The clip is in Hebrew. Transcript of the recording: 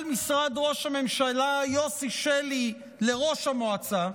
משרד ראש הממשלה יוסי שלי לראש המועצה,